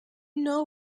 know